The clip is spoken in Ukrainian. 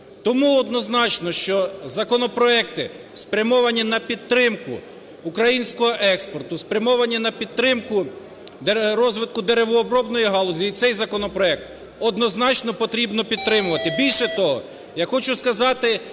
Тому однозначно, що законопроекти, спрямовані на підтримку українського експорту, спрямовані на підтримку розвитку деревообробної галузі, і цей законопроект, однозначно, потрібно підтримувати.